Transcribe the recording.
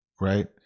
Right